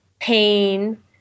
pain